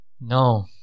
No